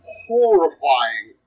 horrifying